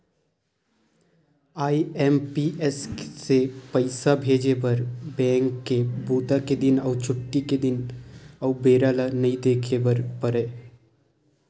IMPS से पइसा भेजे बर बेंक के बूता के दिन अउ छुट्टी के दिन अउ बेरा ल नइ देखे बर परय